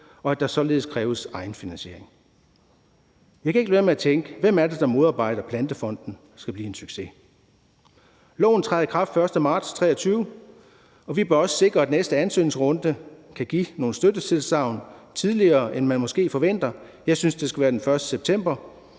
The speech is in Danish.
og at der således kræves egenfinansiering. Jeg kan ikke lade være med at tænke: Hvem er det, der modarbejder, at Plantefonden skal blive en succes? Loven træder i kraft den 1. marts 2023, og vi bør også sikre, at næste ansøgningsrunde kan give nogle støttetilsagn tidligere, end man måske forventer. Jeg synes, det skal være den 1. september.